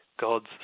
God's